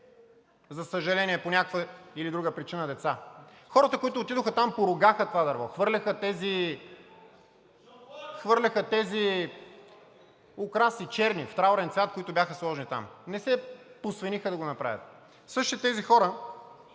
за съжаление, поради някаква или друга причина деца. Хората, които отидоха там, поругаха това дърво и хвърляха тези украси, черни, в траурен цвят, които бяха сложени там, и не се посвениха да го направят. Същите тези хора